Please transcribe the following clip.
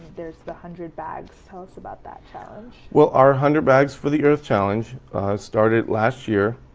there's the hundred bags tell us about that challenge. well our hundred bags for the earth challenge started last year,